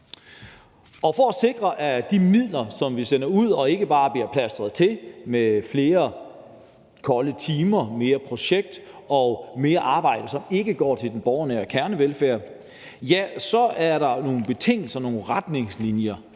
For at sikre, at de midler, vi sender ud, ikke bare går til flere kolde timer, mere projekt og mere arbejde, som ikke går til den borgernære kernevelfærd, er der nogle betingelser, nogle retningslinjer,